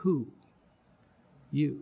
who you